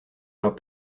leurs